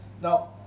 Now